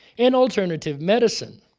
and alternative medicine.